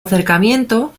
acercamiento